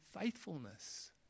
faithfulness